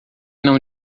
não